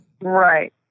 Right